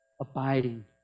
abiding